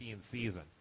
season